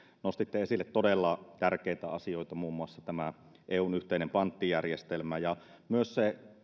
nostitte esille todella tärkeitä asioita muun muassa eun yhteisen panttijärjestelmän ja myös